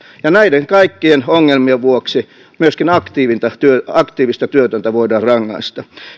näiden kaikkien ongelmien vuoksi myöskin aktiivista työtöntä voidaan rangaista